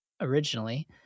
originally